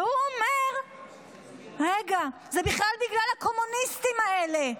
והוא אומר, רגע, זה בכלל בגלל הקומוניסטים האלה.